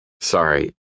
Sorry